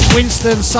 Winston